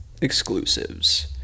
Exclusives